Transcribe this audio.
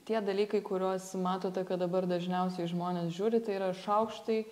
tie dalykai kuriuos matote kad dabar dažniausiai žmonės žiūri tai yra šaukštai